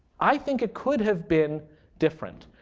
i think it could have been different,